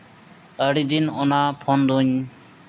ᱟᱹᱰᱤ ᱫᱤᱱ ᱚᱱᱟ ᱯᱷᱳᱱ ᱫᱚᱧ